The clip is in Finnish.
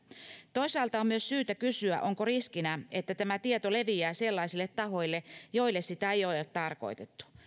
toisaalta on myös syytä kysyä onko riskinä että tämä tieto leviää sellaisille tahoille joille sitä ei ole tarkoitettu